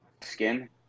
Skin